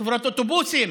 חברות אוטובוסים,